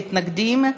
מתנגדים,